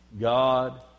God